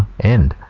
and